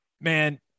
man